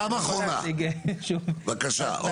פעם אחרונה, בבקשה, עוד פעם.